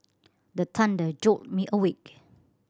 the thunder jolt me awake